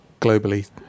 globally